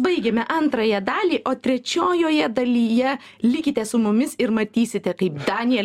baigėme antrąją dalį o trečiojoje dalyje likite su mumis ir matysite kaip danijel